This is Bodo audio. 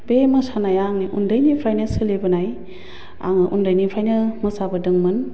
बे मोसानाया आंनि उन्दैनिफ्रायनो सोलिबोनाय आङो उन्दैनिफ्रायनो मोसाबोदोंमोन